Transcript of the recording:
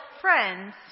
friends